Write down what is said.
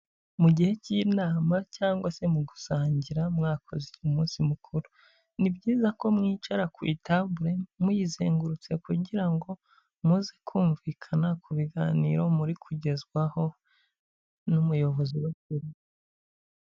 Mu gihe cy'inama cyangwa se mu gusangira mwakoze umunsi mukuru. Ni byiza ko mwicara ku itabule muyizengurutse kugira ngo muze kumvikana ku biganiro muri kugezwaho n'umuyobozi mukuru.